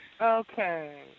okay